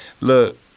Look